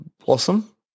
blossom